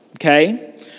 okay